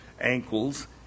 ankles